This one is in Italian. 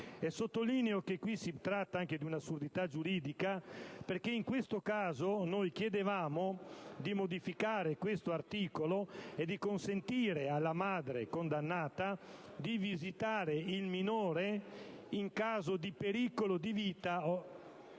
Sottolineo che si tratta anche di un'assurdità giuridica, perché in questo caso noi chiedevamo di modificare l'articolo e di consentire alla madre condannata di visitare il minore in caso di pericolo di vita;